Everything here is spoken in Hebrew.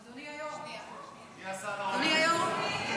אדוני היו"ר, אדוני היו"ר.